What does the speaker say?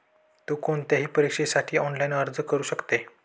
तु कोणत्याही परीक्षेसाठी ऑनलाइन अर्ज करू शकते